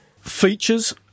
Features